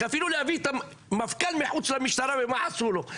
אפילו להביא את המפכ"ל מחוץ למשטרה ומה עשו לו.